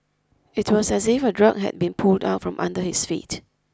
it was as if a drug had been pulled out from under his feet